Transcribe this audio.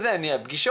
אז יש פגישות,